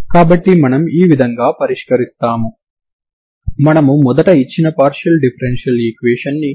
spring యొక్క potential energy